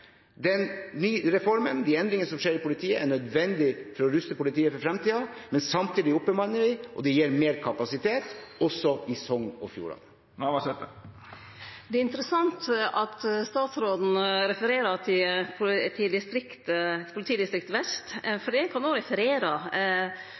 nødvendig for å ruste politiet for fremtiden, men samtidig oppbemanner vi, og det gir mer kapasitet, også i Sogn og Fjordane. Det er interessant at statsråden refererer til Vest politidistrikt, for eg kan referere kommunikasjonssjef Arne Lutro i Vest